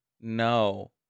No